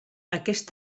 aquest